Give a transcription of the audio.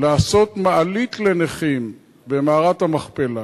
לעשות מעלית לנכים במערת המכפלה,